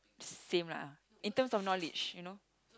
same lah in terms of knowledge you know